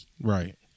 Right